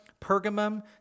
Pergamum